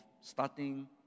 starting